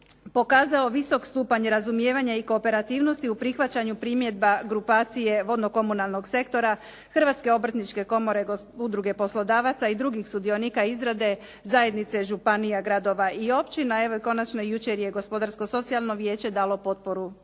pokazao visok stupanj razumijevanja i kooperativnosti u prihvaćanju primjedba grupacije vodno-komunalnog sektora, Hrvatske obrtničke komore, Udruge poslodavaca i drugih sudionika izrade zajednice županija, gradova i općina. Evo konačno je jučer Gospodarsko socijalno vijeće dalo potporu